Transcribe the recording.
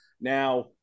Now